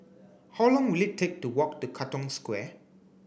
how long will it take to walk to Katong Square